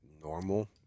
normal